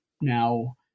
now